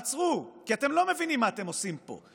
כי אתם לא מבינים מה אתם עושים פה.